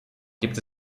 gibt